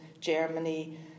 Germany